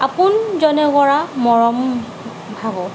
আপোনজনে কৰা মৰম ভাবোঁ